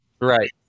right